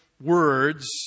words